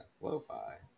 lo-fi